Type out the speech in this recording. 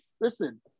listen